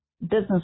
business